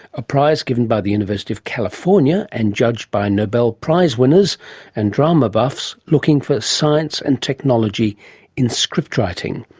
a prize given by the university of california and judged by nobel prize winners and drama buffs looking for science and technology in scriptwriting.